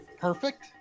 perfect